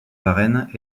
varennes